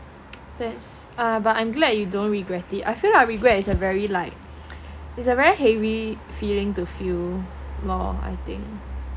yes but I'm glad you don't regret it I feel like regret is a very like it's a very heavy feeling to feel lor I think